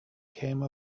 came